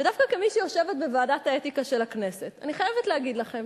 ודווקא כמי שיושבת בוועדת האתיקה של הכנסת אני חייבת לומר לכם,